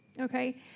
okay